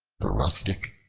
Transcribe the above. the rustic,